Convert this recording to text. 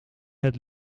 het